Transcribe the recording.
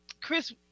Chris